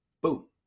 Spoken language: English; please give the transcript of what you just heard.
boom